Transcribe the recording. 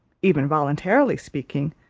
even voluntarily speaking,